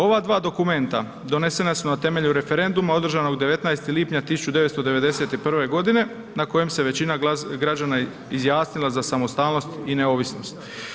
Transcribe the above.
Ova dva dokumenta donesena su na temelju referenduma održanog 19. lipnja 1991. godine na kojem se većina građana izjasnila za samostalnost i neovisnost.